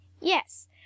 Yes